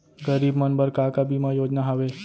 गरीब मन बर का का बीमा योजना हावे?